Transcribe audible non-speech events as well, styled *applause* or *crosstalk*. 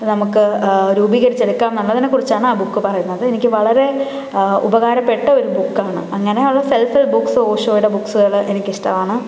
നമുക്ക് രൂപീകരിച്ചെടുക്കാം എന്നതിനെക്കുറിച്ചാണ് ആ ബുക്ക് പറയുന്നത് എനിക്ക് വളരെ ഉപകാരപ്പെട്ട ഒരു ബുക്കാണ് അങ്ങനെയുള്ള സെൽഫ് *unintelligible* ബുക്സ് ഓഷോയുടെ ബുക്സുകൾ എനിക്കിഷ്ടമാണ്